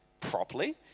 properly